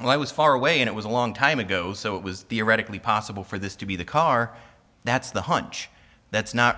well i was far away and it was a long time ago so it was the radically possible for this to be the car that's the hunch that's not